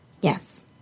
Yes